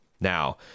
Now